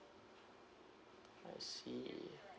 I see